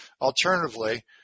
Alternatively